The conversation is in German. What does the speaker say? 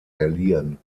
verliehen